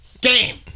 Game